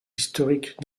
historiques